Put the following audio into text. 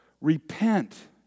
repent